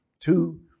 two